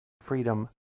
Freedom